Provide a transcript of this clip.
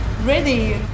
ready